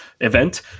event